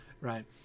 Right